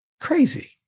crazy